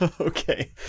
Okay